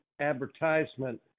advertisement